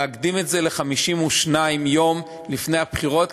להקדים את זה ל-52 יום לפני הבחירות,